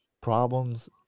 problems